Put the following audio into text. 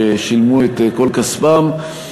ששילמו את כל כספם,